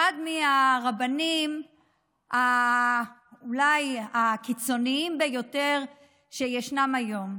אחד הרבנים אולי הקיצוניים ביותר שישנם היום: